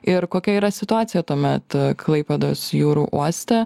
ir kokia yra situacija tuomet klaipėdos jūrų uoste